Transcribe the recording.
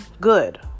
good